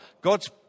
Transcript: God's